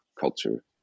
culture